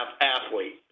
athlete